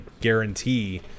guarantee